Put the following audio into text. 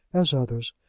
as others,